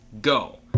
go